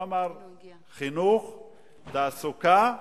הוא אמר: חינוך, תעסוקה,